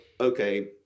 okay